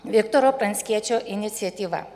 viktoro pranckiečio iniciatyva